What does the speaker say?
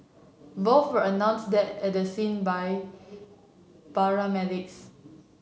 both were announced dead at the scene by paramedics